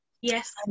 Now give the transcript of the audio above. Yes